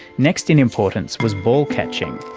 next in importance was ball catching,